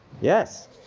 yes